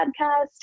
podcast